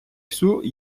всю